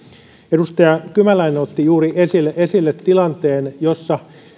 edustaja kymäläinen otti juuri esille esille tilanteen jossa